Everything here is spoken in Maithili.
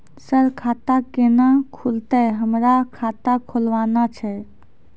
सर खाता केना खुलतै, हमरा खाता खोलवाना छै?